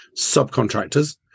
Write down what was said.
subcontractors